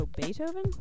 Beethoven